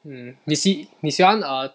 mm 你喜你喜欢 err